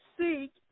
seek